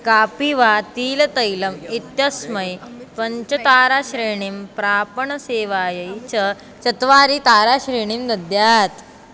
कापि वा तिलतैलम् इत्यस्मै पञ्चताराश्रेणीं प्रापणसेवायै च चत्वारि ताराश्रेणीं दद्यात्